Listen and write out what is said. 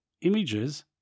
images